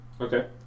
Okay